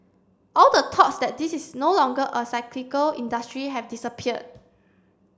all the thoughts that this is no longer a cyclical industry have disappeared